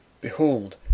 Behold